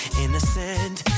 innocent